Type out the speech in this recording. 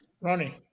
Ronnie